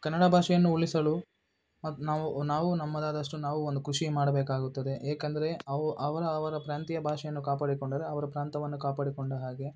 ಕನ್ನಡ ಭಾಷೆಯನ್ನು ಉಳಿಸಲು ನಾವು ನಾವು ನಮ್ಮದಾದಷ್ಟು ನಾವು ಒಂದು ಖುಷಿ ಮಾಡಬೇಕಾಗುತ್ತದೆ ಏಕೆಂದರೆ ಅವ ಅವರ ಅವರ ಪ್ರಾಂತೀಯ ಭಾಷೆಯನ್ನು ಕಾಪಾಡಿಕೊಂಡರೆ ಅವರ ಪ್ರಾಂತ್ಯವನ್ನು ಕಾಪಾಡಿಕೊಂಡ ಹಾಗೆ